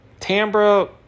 Tambra